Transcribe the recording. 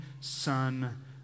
Son